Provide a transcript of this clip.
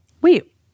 Wait